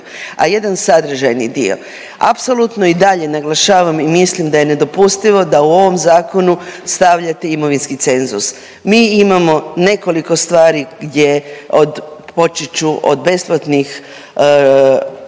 A jedan sadržajni dio apsolutno i dalje naglašavam i mislim da je nedopustivo da u ovom zakonu stavljate imovinski cenzus. Mi imamo nekoliko stvari gdje od počet ću od besplatnih